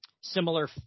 similar